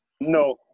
No